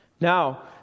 Now